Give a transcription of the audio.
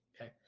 Okay